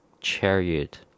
chariot